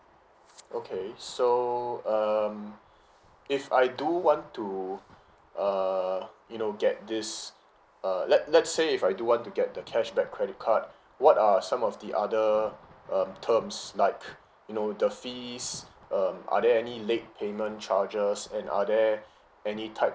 okay so um if I do want to err you know get this uh let let's say if I do want to get the cashback credit card what are some of the other um terms like you know the fees um are there any late payment charges and are there any type